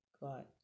got